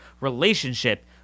relationship